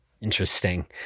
interesting